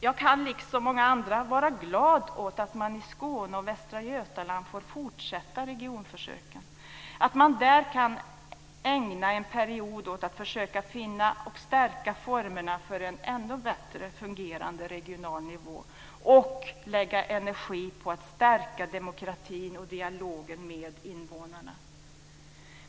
Jag kan, liksom många andra, vara glad över att man i Skåne och Västra Götaland får fortsätta regionförsöken och att man där kan ägna en period åt att försöka finna och stärka formerna för en ännu bättre fungerande regional nivå och lägga energi på att stärka demokratin och dialogen med invånarna.